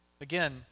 Again